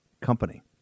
company